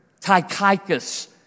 Tychicus